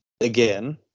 again